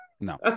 no